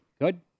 Good